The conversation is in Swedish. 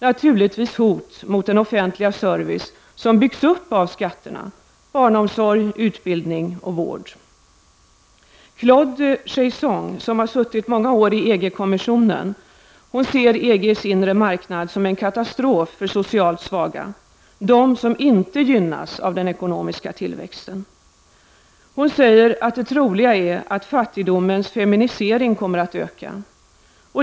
Naturligtvis hot mot den offentliga service som byggs upp av skatterna -- barnomsorg, utbildning och vård. Claude Cheysson, som har suttit många år i EG kommissionen, ser EGs inre marknad som en katastrof för socialt svaga, de som inte gynnas av den ekonomiska tillväxten. Hon säger att det troliga är att fattigdomens feminisering kommer att öka.